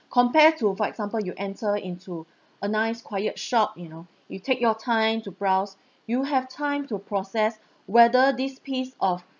compared to for example you enter into a nice quiet shop you know you take your time to browse you have time to process whether this piece of